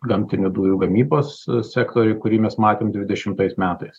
gamtinių dujų gamybos sektoriuj kurį mes matėm dvidešimtais metais